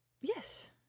yes